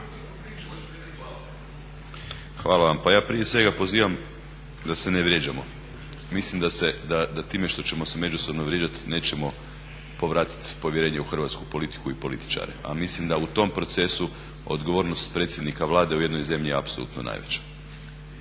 Hvala vam. Pa ja prije svega pozivam da se ne vrijeđamo. Mislim da time što ćemo se međusobno vrijeđati nećemo povratiti povjerenje u hrvatsku politiku i političare, a mislim da u tom procesu odgovornost predsjednika Vlade u jednoj zemlji je apsolutno najveća.